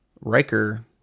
Riker